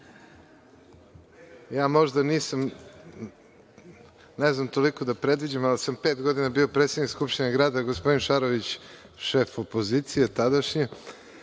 možda ne znam toliko da predviđam, ali sam pet godina bio predsednik Skupštine grada, a gospodin Šarović šef opozicije tadašnji,